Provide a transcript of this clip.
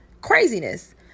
craziness